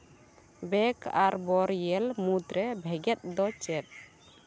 bag ᱟᱨ ᱵᱳᱨᱤᱭᱟᱞ ᱢᱩᱫᱽᱨᱮ ᱵᱷᱮᱸᱜᱮᱫ ᱫᱚ ᱪᱮᱫ